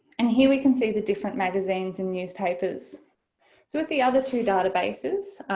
and here we can see the different magazines and newspapers. so with the other two databases,